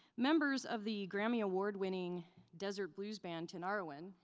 members of the grammy-award-winning desert blues band tinariwen,